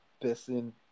person